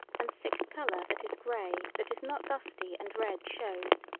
and sick color that is grey that is not dusty and red shows,